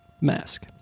mask